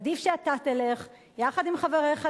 עדיף שאתה תלך, יחד עם חבריך לממשלה,